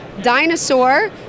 dinosaur